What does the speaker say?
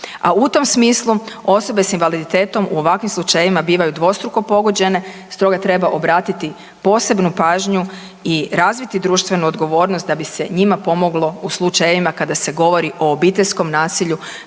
A u tom smislu osobe s invaliditetom u ovakvim slučajevima bivaju dvostruko pogođene stoga treba obratiti posebnu pažnju i razviti društvenu odgovornost da bi se njima pomoglo u slučajevima kada se govori o obiteljskom nasilju